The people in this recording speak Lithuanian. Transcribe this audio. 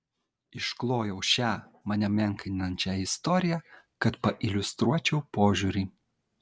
išklojau šią mane menkinančią istoriją kad pailiustruočiau požiūrį